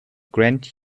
grand